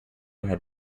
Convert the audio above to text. had